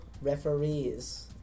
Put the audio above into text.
referees